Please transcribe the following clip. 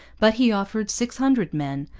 but he offered six hundred men,